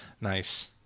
Nice